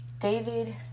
David